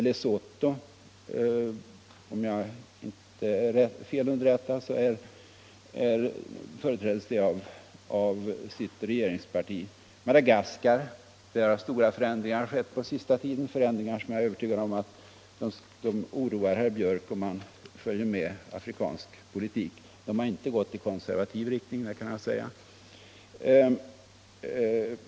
Lesotho företräddes, om jag inte är felunderrättad, av sitt regeringsparti. På Madagaskar, som hade delegater vid konferensen, har stora förändringar skett på senaste tiden, förändringar som jag är övertygad om oroar herr Björck om han följer med i afrikansk politik; de har inte gått i konservativ riktning.